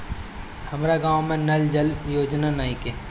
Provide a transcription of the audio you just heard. हमारा गाँव मे नल जल योजना नइखे?